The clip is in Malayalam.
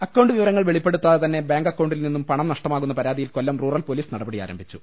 അക്കൌണ്ട് വിവരങ്ങൾ വെളിപ്പെടുത്താതെ തന്നെ ബാങ്ക് അക്കൌണ്ടിൽ നിന്നും പണം നഷ്ടമാകുന്ന പരാതിയിൽ കൊല്ലം റൂറൽ പോലീസ് നടപടി ആരംഭിച്ചു